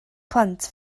plant